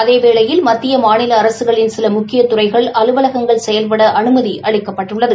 அதேவேளையில் மத்திய மாநில அரசுகளின் சில முக்கிய துறைகள் அலுவலகங்கள் செயல்பட அனுமதி அளிக்கப்பட்டுள்ளது